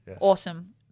Awesome